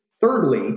thirdly